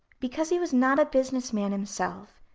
because he was not a business man himself,